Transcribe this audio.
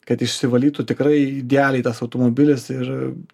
kad išsivalytų tikrai idealiai tas automobilis ir tikrai vėl džiugintų